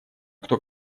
кто